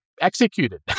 executed